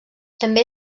també